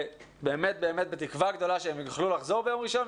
ובאמת באמת בתקווה גדולה שהם יוכלו לחזור ביום ראשון,